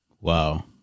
Wow